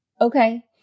okay